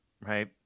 right